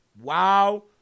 Wow